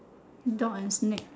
dog and snake